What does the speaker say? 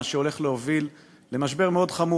מה שהולך להוביל למשבר מאוד חמור,